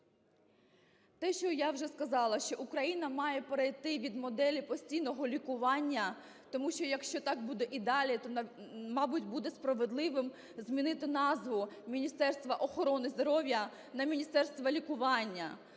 Те, що я вже сказала, що Україна має перейти від моделі постійного лікування. Тому що, якщо так буде і далі, то, мабуть, буде справедливим змінити назву Міністерства охорони здоров'я на Міністерство лікування.